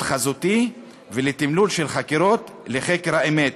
חזותי ולתמלול של חקירות לחקר האמת,